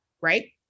right